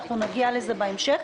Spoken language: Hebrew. אנחנו נגיע לזה בהמשך,